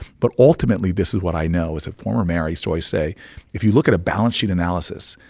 but ultimately, this is what i know as a former mayor, i used to always say if you look at a balance sheet analysis,